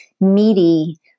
meaty